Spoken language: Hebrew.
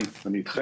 כן, אני איתכם.